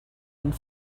and